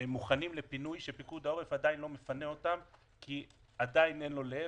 מוכנים לפינוי שפיקוד העורף עדיין לא מפנה אותם כי עדיין אין לו לאן,